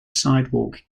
sidewalk